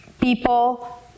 people